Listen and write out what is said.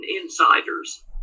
insiders